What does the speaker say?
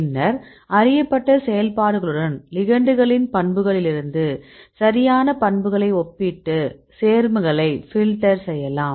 பின்னர் அறியப்பட்ட செயல்பாடுகளுடன் லிகெண்டுகளின் பண்புகளிலிருந்து சரியான பண்புகளை ஒப்பிட்டு சேர்மங்களை ஃபில்டர் செய்யலாம்